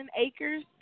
acres